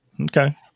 Okay